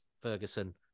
Ferguson